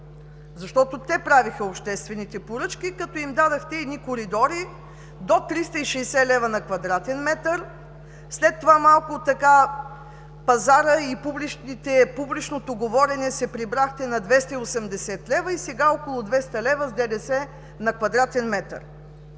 защото те правиха обществените поръчки, като им дадохте коридори до 360 лв. на квадратен метър. След това пазарът и публичното говорене – прибрахте се на 280 лв. и сега е около 200 лв. с ДДС на квадратен метър.